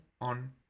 on